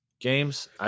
Games